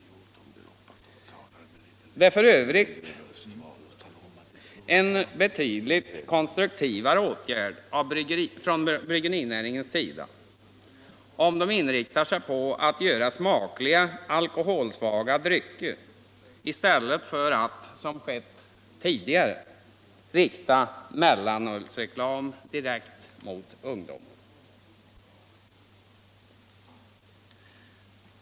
Det är f. ö. en betydligt mer konstruktiv åtgärd från bryggerinäringens sida, om den inriktar sig på att göra smakliga alkoholsvaga drycker i stället för att, som skett tidigare, rikta mellanölsreklam direkt till ungdom.